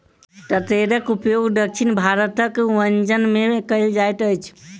तेतैरक उपयोग दक्षिण भारतक व्यंजन में कयल जाइत अछि